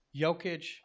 Jokic